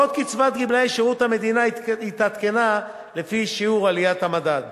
ואילו קצבת גמלאי שירות המדינה התעדכנה לפי שיעור עליית המדד.